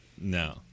No